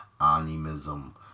animism